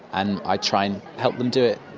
and i try and help them do it.